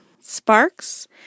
Sparks